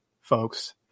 folks